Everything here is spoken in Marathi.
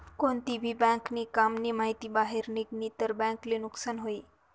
कोणती भी बँक नी काम नी माहिती बाहेर निगनी तर बँक ले नुकसान हुई